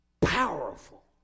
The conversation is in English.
powerful